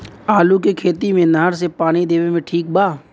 आलू के खेती मे नहर से पानी देवे मे ठीक बा?